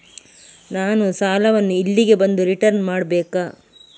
ನಾನು ಸಾಲವನ್ನು ಇಲ್ಲಿಗೆ ಬಂದು ರಿಟರ್ನ್ ಮಾಡ್ಬೇಕಾ?